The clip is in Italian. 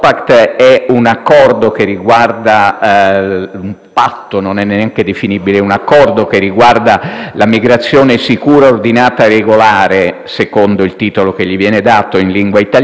non è neanche definibile «accordo» - che riguarda la migrazione sicura, ordinata e regolare, secondo il titolo che gli viene dato in lingua italiana, e rappresenta una piattaforma di cooperazione